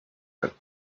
had